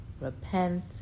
repent